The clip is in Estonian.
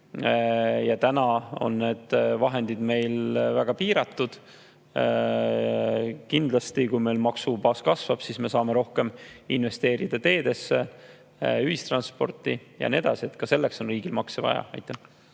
Täna on need vahendid meil väga piiratud. Kindlasti, kui meil maksubaas kasvab, siis me saame investeerida rohkem teedesse, ühistransporti ja nii edasi. Ka selleks on riigil makse vaja. Rain